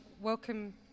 welcome